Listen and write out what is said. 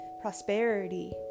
prosperity